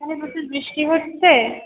এখানে প্রচুর বৃষ্টি হচ্ছে